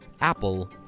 Apple